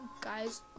guys